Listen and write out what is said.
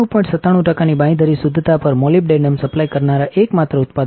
97 ટકાની બાંયધરી શુદ્ધતા પર મોલીબડેનમ સપ્લાય કરનારા એકમાત્ર ઉત્પાદક છીએ